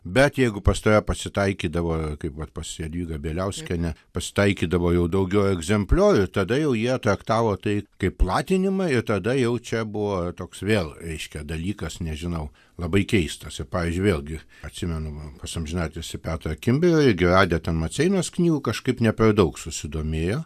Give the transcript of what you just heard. bet jeigu pas tave pasitaikydavo kaip vat pas jadvygą bieliauskienę pasitaikydavo jau daugiau egzempliorių tada jau jie traktavo tai kaip platinimą tada jau čia buvo toks vėl reiškia dalykas nežinau labai keistas ir pavyzdžiui vėlgi atsimenama pas amžinatilsį petrą kimbry irgi radę ten maceinos knygų kažkaip ne per daug susidomėjo